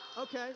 Okay